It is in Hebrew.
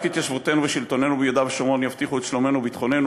רק התיישבותנו ושלטוננו ביהודה ושומרון יבטיחו את שלומנו וביטחוננו,